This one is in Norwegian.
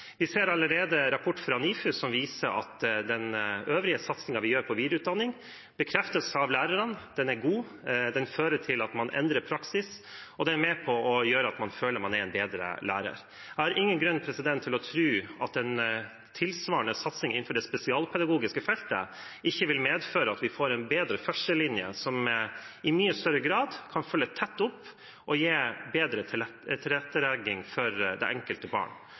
Vi ser allerede en rapport fra NIFU som viser at den øvrige satsingen vi gjør på videreutdanning, bekreftes av lærerne. Den er god, den fører til at man endrer praksis, og den er med på å gjøre at man føler man er en bedre lærer. Jeg har ingen grunn til å tro at en tilsvarende satsing innenfor det spesialpedagogiske feltet ikke vil medføre at vi får en bedre førstelinje som i mye større grad kan følge tett opp og gi bedre tilrettelegging for det enkelte barn.